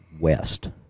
west